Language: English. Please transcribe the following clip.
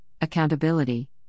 accountability